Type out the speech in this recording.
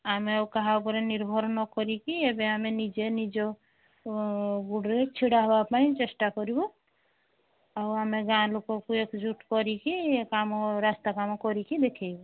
ଆମେ ଆଉ କାହା ଉପରେ ନିର୍ଭର ନ କରିକି ଏବେ ଆମେ ନିଜେ ନିଜ ଗୋଡ଼ରେ ଛିଡ଼ା ହେବା ପାଇଁ ଚେଷ୍ଟା କରିବୁ ଆଉ ଆମେ ଗାଁ ଲୋକଙ୍କୁ ଏକଜୁଟ କରିକି ଏ କାମ ରାସ୍ତା କାମ କରିକି ଦେଖାଇବୁ